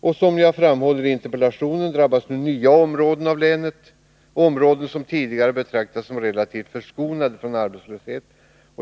Och, som jag framhåller i interpellationen, nu drabbas nya områden av länet — områden som tidigare betraktats som relativt förskonade från arbetslöshet.